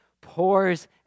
pours